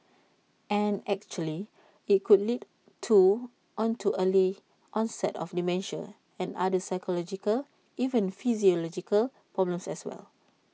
and actually IT could lead to on to early onset of dementia and other psychological even physiological problems as well